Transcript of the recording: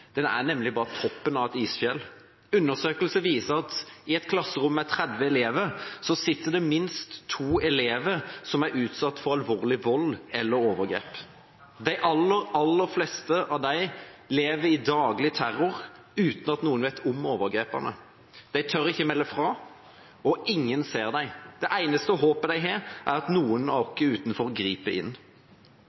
Den er nemlig bare toppen av et isfjell. Undersøkelser viser at i et klasserom med 30 elever sitter det minst to elever som er utsatt for alvorlig vold eller alvorlige overgrep. De aller, aller fleste av dem lever med daglig terror, uten at noen vet om overgrepene. De tør ikke melde fra, og ingen ser dem. Det eneste håpet de har, er at noen av oss utenfor griper inn.